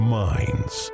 minds